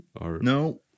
No